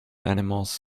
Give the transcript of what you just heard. animals